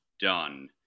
done